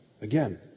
Again